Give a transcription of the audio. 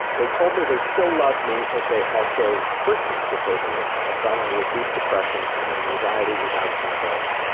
they told me they still loved me but they also hurt me to say the least. i fell into a deep depression and my anxiety was out of control.